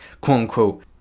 quote-unquote